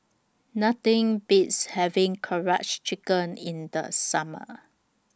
Nothing Beats having Karaage Chicken in The Summer